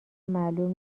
معلوم